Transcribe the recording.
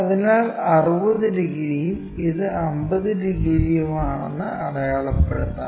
അതിനാൽ 60 ഡിഗ്രിയും ഇത് 50 ഡിഗ്രിയുമാണെന്ന് അടയാളപ്പെടുത്താം